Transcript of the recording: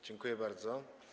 Dziękuję bardzo.